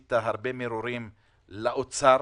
עשית הרבה מרורים לאוצר.